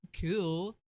Cool